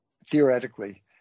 theoretically